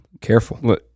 Careful